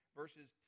verses